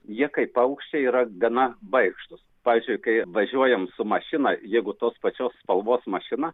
jie kaip paukščiai yra gana baikštūs pavyzdžiui kai važiuojam su mašina jeigu tos pačios spalvos mašina